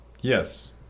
Yes